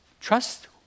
Trust